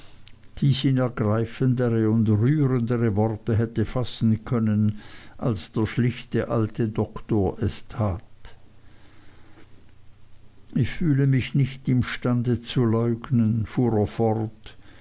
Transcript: ergreifendere und rührendere worte hätte fassen können als der schlichte alte doktor es tat ich fühle mich nicht imstande zu leugnen fuhr er fort